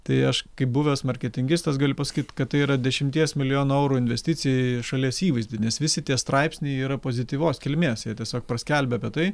tai aš kaip buvęs marketingistas galiu pasakyt kad tai yra dešimties milijonų eurų investicija į šalies įvaizdį nes visi tie straipsniai yra pozityvios kilmės jie tiesiog paskelbė apie tai